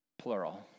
Plural